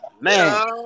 man